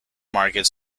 market